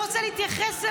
לא רוצה להתייחס אליך.